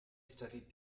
studied